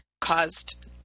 caused